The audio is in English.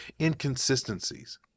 inconsistencies